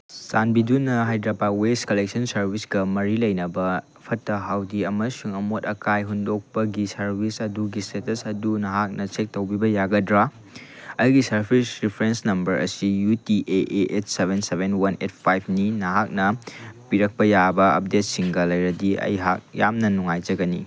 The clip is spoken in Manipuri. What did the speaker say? ꯆꯥꯟꯕꯤꯗꯨꯅ ꯍꯥꯏꯗ꯭ꯔꯕꯥꯠ ꯋꯦꯁ ꯀꯂꯦꯛꯁꯟ ꯁꯔꯚꯤꯁꯀ ꯃꯔꯤ ꯂꯩꯅꯕ ꯐꯠꯇ ꯍꯥꯎꯗꯤ ꯑꯃꯁꯨꯡ ꯑꯃꯣꯠ ꯑꯀꯥꯏ ꯍꯨꯟꯗꯣꯛꯄꯒꯤ ꯁꯔꯚꯤꯁ ꯑꯗꯨꯒꯤ ꯏꯁꯇꯦꯇꯁ ꯑꯗꯨ ꯅꯍꯥꯛꯅ ꯆꯦꯛ ꯇꯧꯕꯤꯕ ꯌꯥꯒꯗ꯭ꯔꯥ ꯑꯩꯒꯤ ꯁꯔꯚꯤꯁ ꯔꯤꯐ꯭ꯔꯦꯟꯁ ꯅꯝꯕꯔ ꯑꯁꯤ U T A A X seven seven one eight ꯐꯥꯏꯚꯅꯤ ꯅꯍꯥꯛꯅ ꯄꯤꯔꯛꯄ ꯌꯥꯕ ꯑꯞꯗꯦꯠꯁꯤꯡꯒ ꯂꯩꯔꯗꯤ ꯑꯩꯍꯥꯛ ꯌꯥꯝꯅ ꯅꯨꯡꯉꯥꯏꯖꯒꯅꯤ